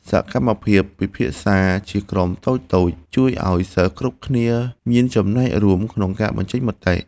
សកម្មភាពពិភាក្សាជាក្រុមតូចៗជួយឱ្យសិស្សគ្រប់គ្នាមានចំណែករួមក្នុងការបញ្ចេញមតិ។